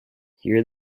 here